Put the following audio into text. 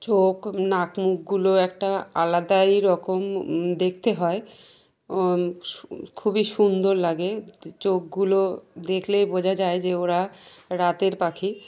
চোখ নাক মুুখগুলো একটা আলাদাই রকম দেখতে হয় খুবই সুন্দর লাগে চোখগুলো দেখলেই বোঝা যায় যে ওরা রাতের পাখি